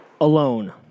alone